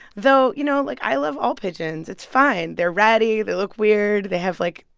though, you know, like, i love all pigeons. it's fine. they're ratty. they look weird. they have, like,